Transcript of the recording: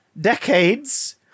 decades